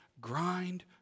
grind